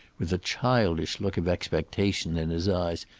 with a childish look of expectation in his eyes.